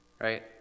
Right